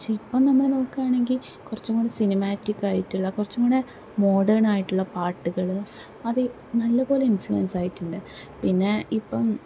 പക്ഷെ ഇപ്പം നമ്മൾ നോക്കുവാണെങ്കിൽ കുറച്ചും കൂടി സിനിമാറ്റിക്കായിട്ടുള്ള കുറച്ചും കുടെ മോഡേണായിട്ടുള്ള പാട്ട്കൾ അത് നല്ല പോലെ ഇൻഫ്ലുവൻസ്സായിട്ടുണ്ട് പിന്നെ ഇപ്പം